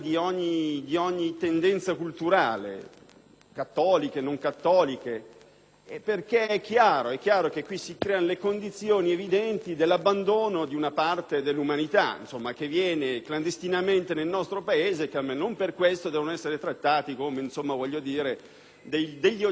perché è chiaro che con tale previsione si creano le condizioni evidenti dell'abbandono di una parte dell'umanità che approda clandestinamente nel nostro Paese, ma non per questo deve essere trattata come un oggetto da posizionare, dimenticare o scotomizzare all'interno del nostro contesto sociale.